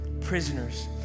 prisoners